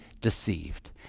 deceived